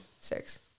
six